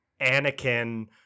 Anakin